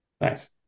nice